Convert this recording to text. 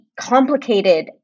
complicated